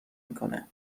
میکنه